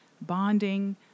bonding